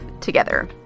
together